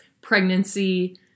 pregnancy